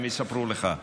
הם יספרו לך,